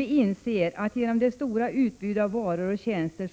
Vi inser dock att det stora utbudet av varor och tjänster